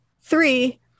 Three